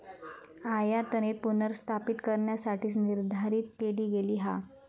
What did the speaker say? आयातनीती पुनर्स्थापित करण्यासाठीच निर्धारित केली गेली हा